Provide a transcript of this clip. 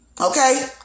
Okay